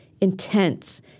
intense